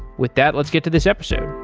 with that, let's get to this episode